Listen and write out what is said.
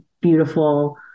beautiful